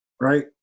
Right